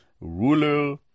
ruler